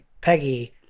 Peggy